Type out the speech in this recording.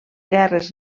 guerres